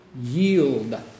Yield